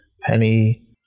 Penny